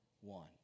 one